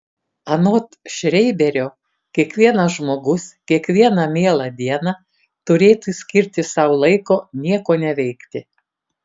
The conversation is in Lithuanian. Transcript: anot šreiberio kiekvienas žmogus kiekvieną mielą dieną turėtų skirti sau laiko nieko neveikti